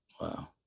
Wow